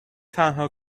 تنها